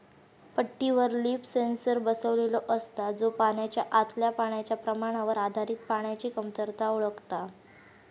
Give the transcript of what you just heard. पट्टीवर leaf sensor बसवलेलो असता, जो पानाच्या आतल्या पाण्याच्या प्रमाणावर आधारित पाण्याची कमतरता ओळखता